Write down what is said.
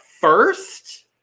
first